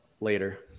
later